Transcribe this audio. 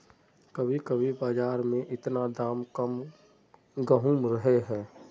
कभी कभी बाजार में इतना दाम कम कहुम रहे है?